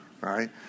right